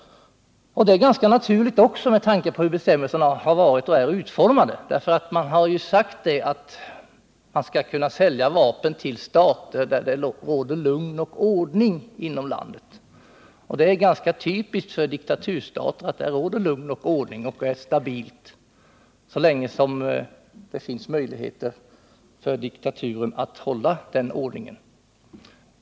Detta är ganska naturligt med tanke på hur bestämmelserna har varit och är utformade. Man har ju sagt att man skall kunna sälja vapen till stater där det råder lugn och ordning. Och det är ganska typiskt för diktaturstater att där råder lugn och ordning och stabilitet — så länge som det finns möjligheter för diktaturen att hålla den ordningen.